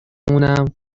مونم